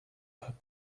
paar